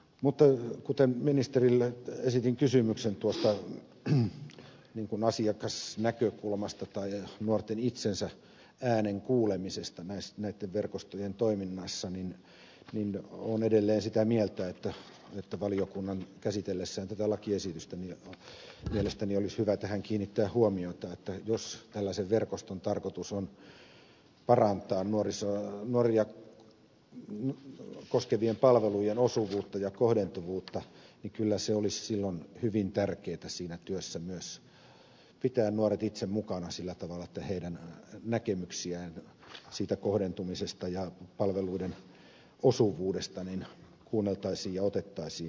mutta kuten ministerille esitin kysymyksen tuosta asiakasnäkökulmasta tai nuorten itsensä äänen kuulemisesta näitten verkostojen toiminnassa niin olen edelleen sitä mieltä että valiokunnan käsitellessä tätä lakiesitystä mielestäni olisi hyvä tähän kiinnittää huomiota että jos tällaisen verkoston tarkoitus on parantaa nuoria koskevien palvelujen osuvuutta ja kohdentuvuutta niin kyllä se olisi silloin hyvin tärkeätä siinä työssä myös pitää nuoret itse mukana sillä tavalla että heidän näkemyksiään siitä kohdentumisesta ja palveluiden osuvuudesta kuunneltaisiin ja otettaisiin huomioon